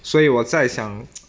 所以我在想